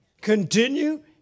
Continue